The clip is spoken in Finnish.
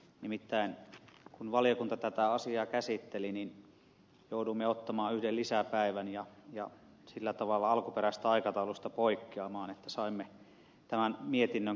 nimittäin kun valiokunta tätä asiaa käsitteli niin jouduimme ottamaan yhden lisäpäivän ja sillä tavalla alkuperäisestä aikataulusta poikkeamaan että saimme tämän mietinnön käsiteltyä